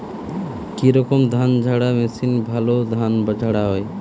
কি রকম ধানঝাড়া মেশিনে ভালো ধান ঝাড়া হয়?